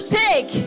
take